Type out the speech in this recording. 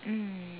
mm